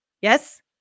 Yes